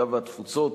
הקליטה והתפוצות